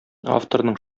авторның